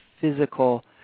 physical